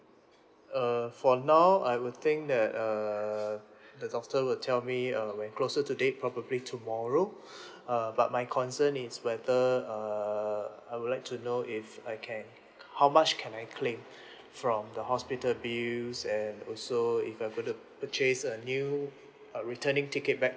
err for now I will think that err the doctor will tell me uh when closer to date probably tomorrow uh but my concern is whether err I would like to know if I can how much can I claim from the hospital bills and also if I'm going to purchase a new uh returning ticket back